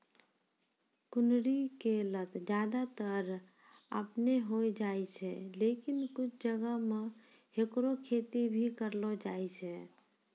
कुनरी के लत ज्यादातर आपनै होय जाय छै, लेकिन कुछ जगह मॅ हैकरो खेती भी करलो जाय छै